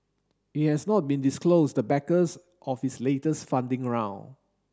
it has not been disclosed the backers of its latest funding round